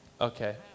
Okay